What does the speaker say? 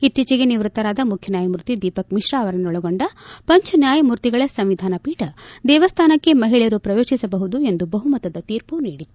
ಇತ್ತೀಚೆಗೆ ನಿವೃತ್ತರಾದ ಮುಖ್ಯನ್ನಾಯಮೂರ್ತಿ ದೀಪಕ್ಮಿಶ್ರಾ ಅವರನ್ನೊಳಗೊಂಡ ಪಂಚ ನ್ಯಾಯಮೂರ್ತಿಗಳ ಸಂವಿಧಾನಪೀಠ ದೇವಸ್ವಾನಕ್ಕೆ ಮಹಿಳೆಯರು ಪ್ರವೇತಿಸಬಹುದು ಎಂದು ಬಹುಮತದ ತೀರ್ಪು ನೀಡಿತ್ತು